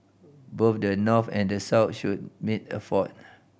both the North and the South should make effort